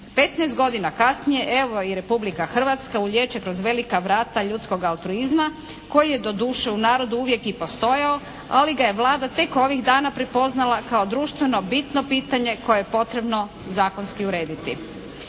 15 godina kasnije evo i Republika Hrvatska ulijeće kroz velika vrata ljudskog altruizma koji je doduše u narodu uvijek i postojao, ali ga je Vlada tek ovih dana prepoznala kao društveno bitno pitanje koje je potrebno zakonski urediti.